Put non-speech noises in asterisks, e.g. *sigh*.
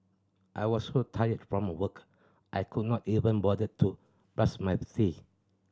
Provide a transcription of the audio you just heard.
I was so tired from work I could not even bother to brush my *unintelligible* teeth